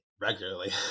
regularly